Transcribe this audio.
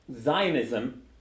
Zionism